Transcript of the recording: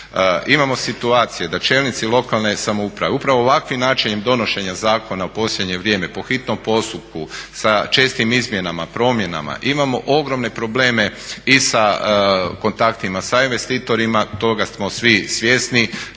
Imamo situacije da čelnici lokalne samouprave, upravo ovakvim načinom donošenja zakona u posljednje vrijeme po hitnom postupku sa čestim izmjenama, promjenama. Imamo ogromne probleme i sa kontaktima sa investitorima, toga smo svi svjesni,